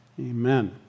Amen